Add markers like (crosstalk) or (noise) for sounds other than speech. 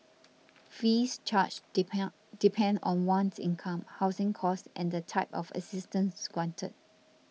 fees charged (unintelligible) depend on one's income housing cost and the type of assistance granted